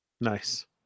nice